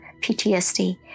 PTSD